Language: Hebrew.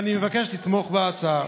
ואני מבקש לתמוך בהצעה.